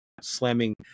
slamming